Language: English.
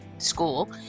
school